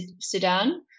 Sudan